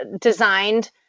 designed